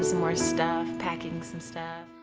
ah some more stuff, packing some stuff.